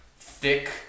thick